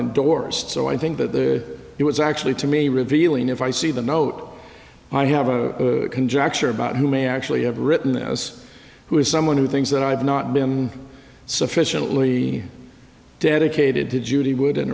endorsed so i think that the it was actually to me revealing if i see the note i have a conjecture about who may actually have written as who is someone who thinks that i've not been sufficiently dedicated to judy wo